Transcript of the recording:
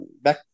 back